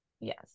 yes